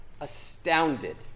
astounded